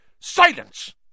Silence